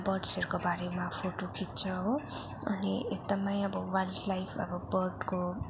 बर्ड्सहरूको बारेमा फोटो खिच्छ हो अनि एकदमै अब वाइल्ड लाइफ अब बर्डको